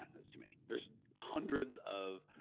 um that's too many. there's hundreds of.